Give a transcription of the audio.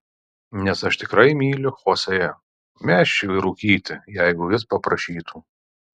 nes aš tikrai myliu chosė mesčiau ir rūkyti jeigu jis paprašytų